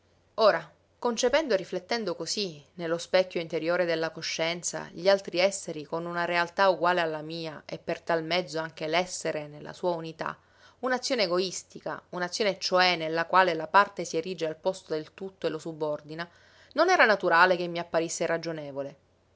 ora concependo e riflettendo cosí nello specchio interiore della coscienza gli altri esseri con una realtà uguale alla mia e per tal mezzo anche l'essere nella sua unità un'azione egoistica un'azione cioè nella quale la parte si erige al posto del tutto e lo subordina non era naturale che mi apparisse irragionevole